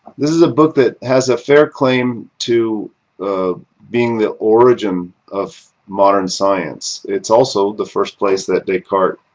this is a book that has a fair claim to being the origin of modern science. it is also the first place that descartes